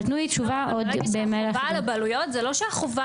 לגבי החובה על הבעלויות זה לא שהחובה